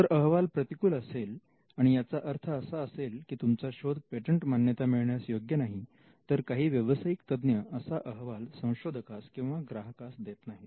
जर अहवाल प्रतिकूल असेल आणि याचा अर्थ असा असेल की तुमचा शोध पेटंट मान्यता मिळण्यास योग्य नाही तर काही व्यवसायिक तज्ञ असा अहवाल संशोधकास किंवा ग्राहकास देत नाहीत